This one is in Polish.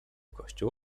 kościół